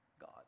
God